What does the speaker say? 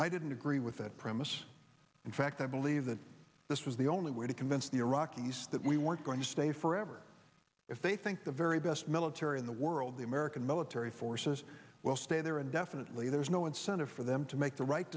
i didn't agree with that premise in fact i believe that this was the only way to convince the iraqis that we weren't going to stay forever if they think the very best military in the world the american military forces will stay there indefinitely there's no incentive for them to make the right